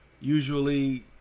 usually